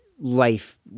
life